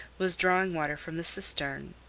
was drawing water from the cistern,